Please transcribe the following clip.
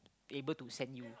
able to send you